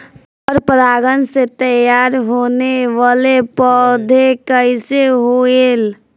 पर परागण से तेयार होने वले पौधे कइसे होएल?